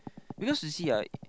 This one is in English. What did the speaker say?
because you see right